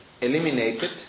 eliminated